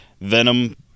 Venom